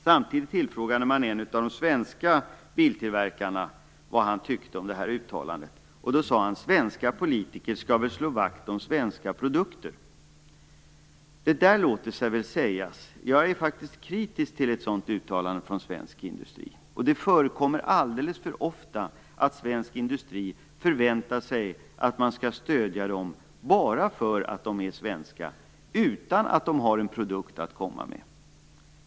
Samtidigt frågade man en av de svenska tillverkarna om vad han tyckte om det uttalandet. Han sade: Svenska politiker skall slå vakt om svenska produkter. Det låter väl sig sägas, men jag är faktiskt kritisk till ett sådant uttalande från svensk industri. Det förekommer alldeles för ofta att man inom svensk industri förväntar sig att man skall få stöd bara för att industrin är svensk, utan att man har en produkt att komma med.